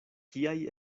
kiaj